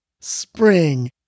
spring